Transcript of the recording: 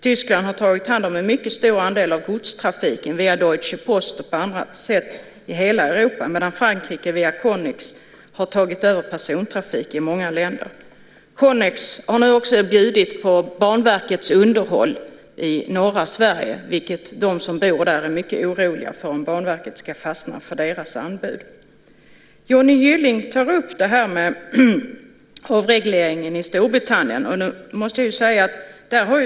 Tyskland har tagit hand om en mycket stor andel av godstrafiken via Deutsche Post och på annat sätt i hela Europa, medan Frankrike via Connex har tagit över persontrafik i många länder. Connex har nu också lagt bud på Banverkets underhåll i norra Sverige, och de som bor där är mycket oroliga för om Banverket ska fastna för deras anbud. Johnny Gylling tar upp avregleringen i Storbritannien.